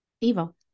evil